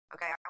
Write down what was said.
Okay